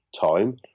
time